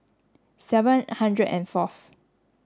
seven hundred and fourth